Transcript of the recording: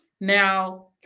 now